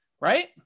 right